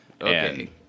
Okay